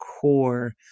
core